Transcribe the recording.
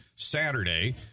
Saturday